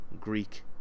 Greek